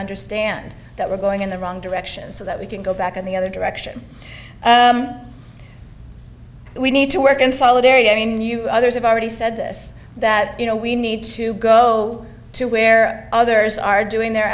understand that we're going in the wrong direction so that we can go back in the other direction we need to work in solidarity i mean you others have already said this that you know we need to go to where others are doing their